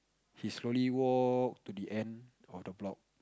he slowly walk to the end of the block